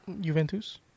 Juventus